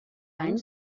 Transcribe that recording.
any